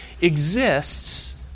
exists